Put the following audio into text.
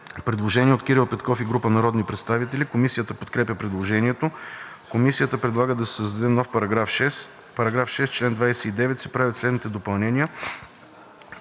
Предложение от Кирил Петков и група народни представители. Комисията подкрепя предложението. Комисията предлага да се създаде нов § 6: „§ 6. В чл. 29 се правят следните допълнения: